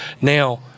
Now